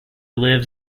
lives